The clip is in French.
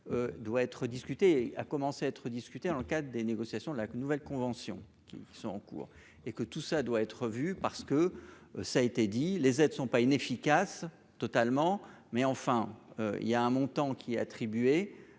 Doit être discuté, a commencé à être discuté dans le cadre des négociations, la nouvelle convention qui sont en cours et que tout ça doit être revue. Parce que ça a été dit, les aides sont pas inefficace totalement mais enfin il y a un montant qui est attribué.